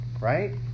right